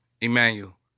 Emmanuel